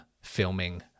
filming